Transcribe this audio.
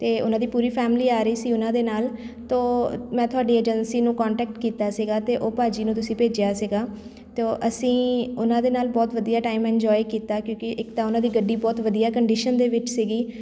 ਅਤੇ ਉਹਨਾਂ ਦੀ ਪੂਰੀ ਫੈਮਲੀ ਆ ਰਹੀ ਸੀ ਉਹਨਾਂ ਦੇ ਨਾਲ ਤਾਂ ਮੈਂ ਤੁਹਾਡੀ ਏਜੰਸੀ ਨੂੰ ਕੋਂਟੈਕਟ ਕੀਤਾ ਸੀਗਾ ਅਤੇ ਉਹ ਭਾਅ ਜੀ ਨੂੰ ਤੁਸੀਂ ਭੇਜਿਆ ਸੀਗਾ ਤਾਂ ਅਸੀਂ ਉਹਨਾਂ ਦੇ ਨਾਲ ਬਹੁਤ ਵਧੀਆ ਟਾਈਮ ਇੰਨਜੋਏ ਕੀਤਾ ਕਿਉਂਕਿ ਇੱਕ ਤਾਂ ਉਹਨਾਂ ਦੀ ਗੱਡੀ ਬਹੁਤ ਵਧੀਆ ਕੰਡੀਸ਼ਨ ਦੇ ਵਿੱਚ ਸੀਗੀ